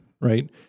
Right